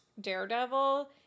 Daredevil